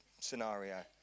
scenario